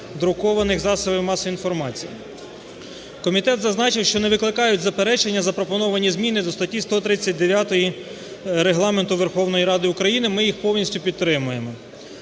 друкованих засобів масової інформації". Комітет зазначив, що не викликають заперечення запропоновані зміни до статті 139 Регламенту Верховної Ради України, ми їх повністю підтримуємо.